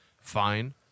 Fine